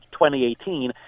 2018